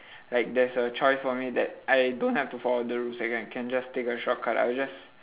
like there's a choice for me that I don't have to follow the rules I can can just take a shortcut I will just